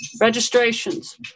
Registrations